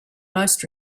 most